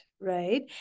Right